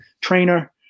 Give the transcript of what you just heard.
trainer